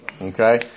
Okay